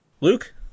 Luke